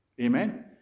Amen